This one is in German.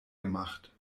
gemacht